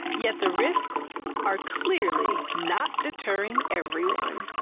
yet the risks are clearly not deterring everyone.